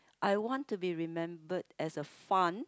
I want to be remembered as a fun